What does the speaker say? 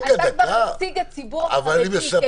אתה כבר נציג הציבור החרדי.